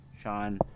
Sean